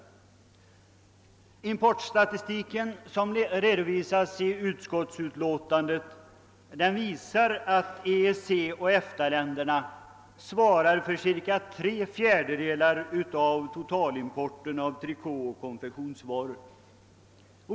Den importstatistik, som redovisas i utskottsutlåtandet, visar att EEC och EFTA-länderna svarar för cirka tre fjärdedelar av totalimporten av trikåoch konfektionsvaror.